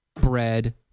bread